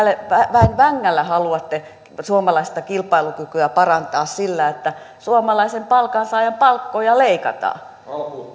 väen vängällä haluatte suomalaista kilpailukykyä parantaa sillä että suomalaisten palkansaajien palkkoja leikataan